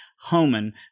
Homan